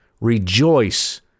Rejoice